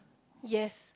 yes